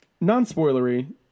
non-spoilery